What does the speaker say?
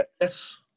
Yes